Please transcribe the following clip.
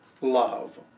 love